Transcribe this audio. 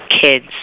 kids